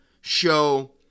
show